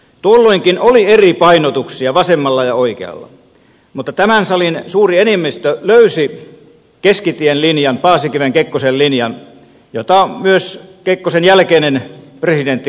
tuolloinkin oli eri painotuksia vasemmalla ja oikealla mutta tämän salin suuri enemmistö löysi keskitien linjan paasikivenkekkosen linjan jota myös kekkosen jälkeinen presidentti koivisto toteutti